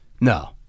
No